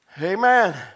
Amen